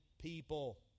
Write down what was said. people